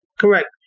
Correct